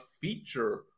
feature